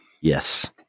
Yes